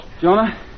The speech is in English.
Jonah